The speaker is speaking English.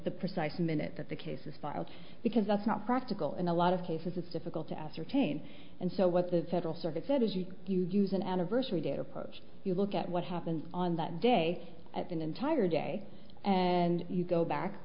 the precise minute that the case is filed because that's not practical in a lot of cases it's difficult to ascertain and so what the federal circuit said is you you use an anniversary date approach you look at what happened on that day at an entire day and you go back